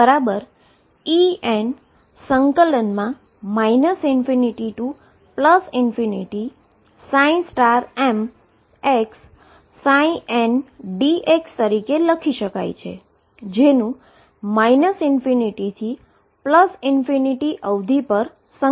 જેનુ ∞ થી લીમીટ પર ઈન્ટીગ્રેશન કરેલ છે